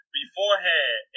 beforehand